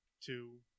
two